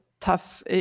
tough